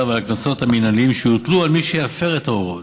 והקנסות המינהליים שיוטלו על מי שיפר את ההוראות.